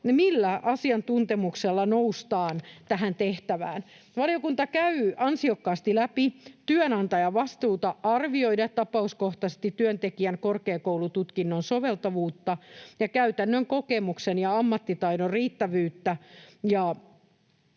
millä asiantuntemuksella noustaan tähän tehtävään. Valiokunta käy ansiokkaasti läpi työnantajan vastuuta arvioida tapauskohtaisesti työntekijän korkeakoulututkinnon soveltuvuutta ja käytännön kokemuksen ja ammattitaidon riittävyyttä